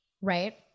right